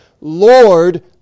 Lord